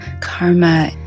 karma